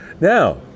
Now